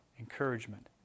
Encouragement